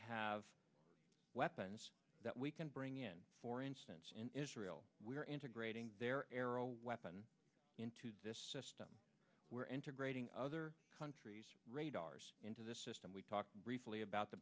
have weapons that we can bring in for instance in israel we are integrating their aero weapon into this system we're enter grading other countries radars into this system we talked briefly about the